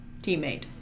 teammate